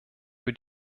für